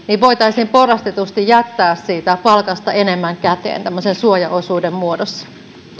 voitaisiin porrastetusti jättää siitä palkasta enemmän käteen tämmöisen suojaosuuden muodossa